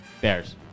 Bears